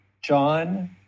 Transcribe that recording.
John